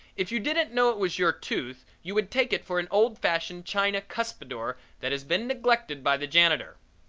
if you didn't know it was your tooth you would take it for an old-fashioned china cuspidor that had been neglected by the janitor.